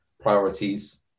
priorities